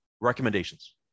Recommendations